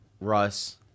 Russ